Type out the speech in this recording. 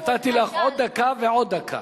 נתתי לך עוד דקה ועוד דקה.